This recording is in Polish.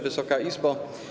Wysoka Izbo!